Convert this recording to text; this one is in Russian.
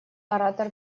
оратор